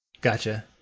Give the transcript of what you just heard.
Gotcha